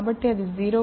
కాబట్టి అది 0